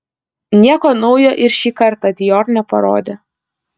nieko naujo ir šį kartą dior neparodė